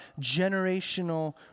generational